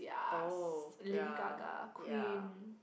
oh ya ya